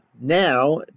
now